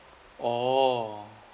oh